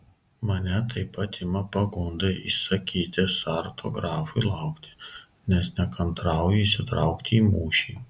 mane taip pat ima pagunda įsakyti sarto grafui laukti nes nekantrauju įsitraukti į mūšį